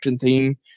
theme